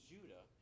Judah